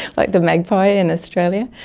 like the magpie in australia.